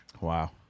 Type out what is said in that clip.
Wow